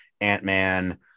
Ant-Man